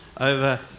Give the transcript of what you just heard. over